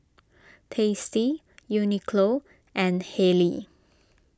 Tasty Uniqlo and Haylee